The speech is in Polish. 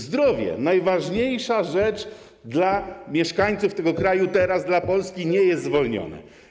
Zdrowie, najważniejsza rzecz dla mieszkańców tego kraju teraz, dla Polski, nie jest zwolnione.